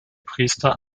priester